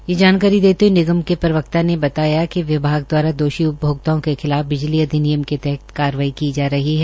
यह जानकारी देते हुए निगम के प्रवक्ता ने आज यहां बताया कि विभाग द्वारा दोषी उपभोक्ताओं के खिलाफ बिजली अधिनियम के तहत कार्रवाई की जा रही है